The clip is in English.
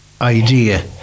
idea